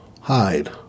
Hide